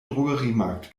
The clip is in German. drogeriemarkt